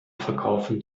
verkaufen